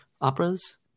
operas